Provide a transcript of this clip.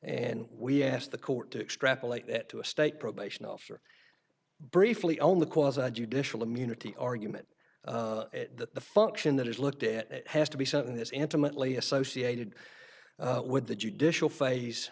and we asked the court to extrapolate that to a state probation officer briefly only cause a judicial immunity argument that the function that is looked at it has to be something that's intimately associated with the judicial phase